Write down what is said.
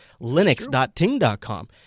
Linux.Ting.com